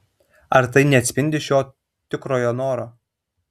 ar tai neatspindi šio tikrojo noro